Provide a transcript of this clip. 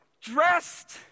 dressed